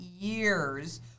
years